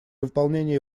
выполнении